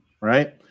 right